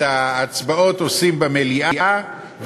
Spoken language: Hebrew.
את ההצבעות עושים במליאה,